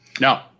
No